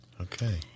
Okay